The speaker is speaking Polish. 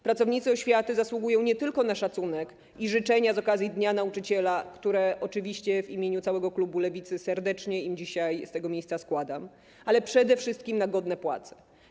Pracownicy oświaty zasługują nie tylko na szacunek i życzenia z okazji Dnia Nauczyciela - które oczywiście w imieniu całego klubu Lewicy serdecznie im dzisiaj z tego miejsca składam - ale przede wszystkim na godne płace.